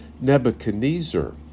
Nebuchadnezzar